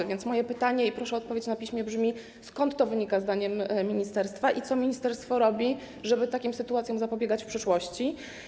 A więc moje pytanie - i proszę o odpowiedź na piśmie - brzmi: Skąd to wynika zdaniem ministerstwa i co ministerstwo robi, żeby takim sytuacjom zapobiegać w przyszłości?